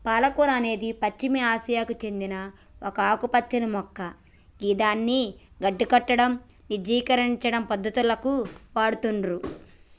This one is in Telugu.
పాలకూర అనేది పశ్చిమ ఆసియాకు సేందిన ఒక ఆకుపచ్చని మొక్క గిదాన్ని గడ్డకట్టడం, నిర్జలీకరణ పద్ధతులకు వాడుతుర్రు